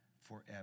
forever